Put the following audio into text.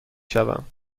شوم